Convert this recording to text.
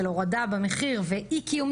של הורדה במחיר ואי קיום ניתוחים,